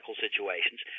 situations